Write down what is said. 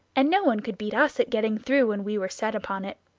and no one could beat us at getting through when we were set upon it.